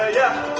yeah yeah